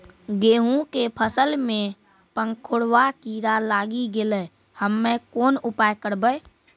गेहूँ के फसल मे पंखोरवा कीड़ा लागी गैलै हम्मे कोन उपाय करबै?